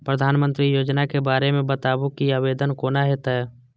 प्रधानमंत्री योजना के बारे मे बताबु की आवेदन कोना हेतै?